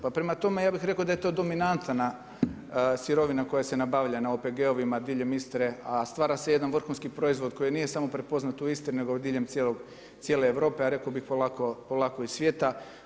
Pa prema tome, ja bih rekao da je to dominantna sirovina koja se nabavlja na OPG-ovima diljem Istre, a stvara se jedan vrhunski proizvod koji nije samo prepoznat u Istri nego diljem cijele Europe, a rekao bih polako i svijeta.